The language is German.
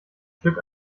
stück